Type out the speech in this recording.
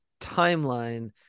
timeline